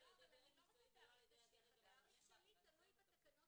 התאריך שלי תלוי בתקנות